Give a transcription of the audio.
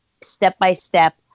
step-by-step